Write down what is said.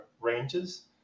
ranges